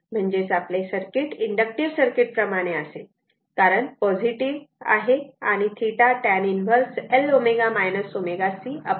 म्हणजेच आपले circuit inductive circuit प्रमाणे असेल कारण पॉझीटीव्ह आहे आणि θ tan 1 Lω ω c R ω आहे